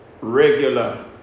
regular